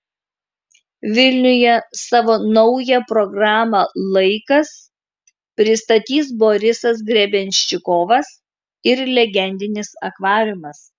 vilniuje savo naują programą laikas pristatys borisas grebenščikovas ir legendinis akvariumas